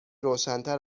روشنتر